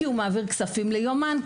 כי היא מעבירה כסף ליומן,